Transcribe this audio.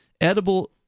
edible